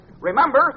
Remember